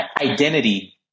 identity